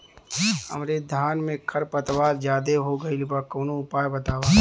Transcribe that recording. हमरे धान में खर पतवार ज्यादे हो गइल बा कवनो उपाय बतावा?